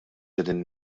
qegħdin